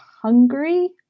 hungry